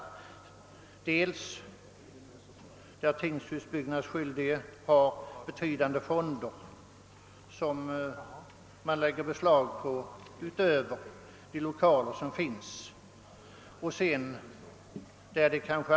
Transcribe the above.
I de fall där tingshusbyggnadsskyldige har betydande fonder lägger staten beslag också på dessa förutom på själva lokalerna.